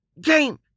Game